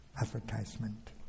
advertisement